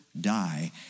die